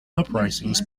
uprisings